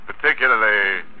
Particularly